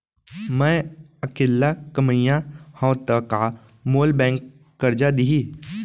मैं अकेल्ला कमईया हव त का मोल बैंक करजा दिही?